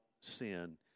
sin